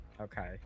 Okay